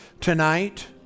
tonight